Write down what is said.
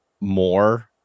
more